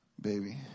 baby